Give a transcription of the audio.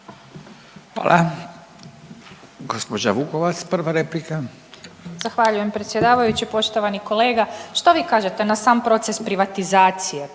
replika. **Vukovac, Ružica (Nezavisni)** Zahvaljujem predsjedavajući. Poštovani kolega što vi kažete na sam proces privatizacije